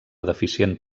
deficient